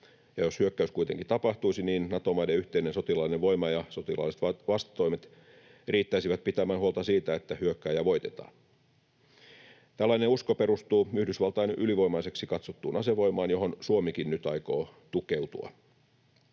jos hyökkäys kuitenkin tapahtuisi, niin Nato-maiden yhteinen sotilaallinen voima ja sotilaalliset vastatoimet riittäisivät pitämään huolta siitä, että hyökkääjä voitetaan. Tällainen usko perustuu Yhdysvaltain ylivoimaiseksi katsottuun asevoimaan, johon Suomikin nyt aikoo tukeutua.